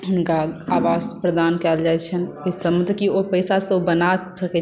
हुनका आवास प्रदान कयल जाइ छनि जाहिसँ कि ओ पैसासँ बना सकैत छथिन अपन घर